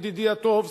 ידידי הטוב,